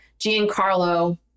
Giancarlo